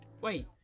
Wait